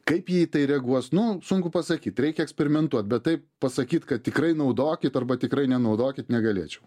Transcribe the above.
kaip jie į tai reaguos nu sunku pasakyt reikia eksperimentuot bet taip pasakyt kad tikrai naudokit arba tikrai nenaudokit negalėčiau